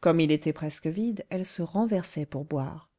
comme il était presque vide elle se renversait pour boire